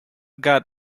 got